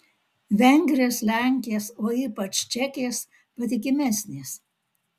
vengrės lenkės o ypač čekės patikimesnės